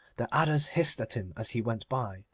the adders hissed at him as he went by,